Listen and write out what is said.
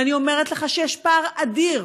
ואני אומרת לך שיש פער אדיר